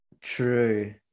true